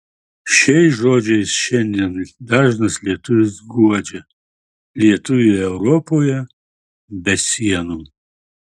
šiais žodžiais šiandien dažnas lietuvis guodžia lietuvį europoje be sienų